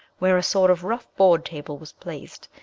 where a sort of rough board table was placed,